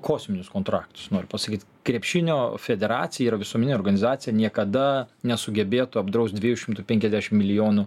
kosminius kontraktus noriu pasakyt krepšinio federacija yra visuomeninė organizacija niekada nesugebėtų apdraust dviejų šimtų penkaisdešim milijonų